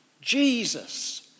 Jesus